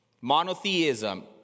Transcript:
Monotheism